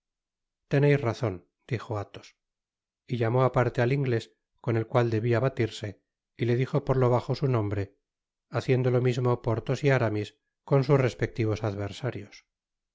teneis razon dijo alhos y llamó aparte al inglés con el cual debia batirse y le dijo por lo bajo su nombre haciendo lo mismo porthos y aramis con sus respectivos adversarios